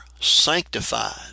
sanctified